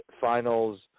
finals